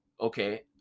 okay